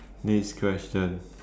next question